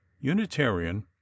unitarian